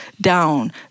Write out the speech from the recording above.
down